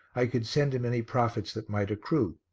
i could send him any profits that might accrue.